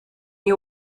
you